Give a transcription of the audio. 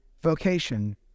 vocation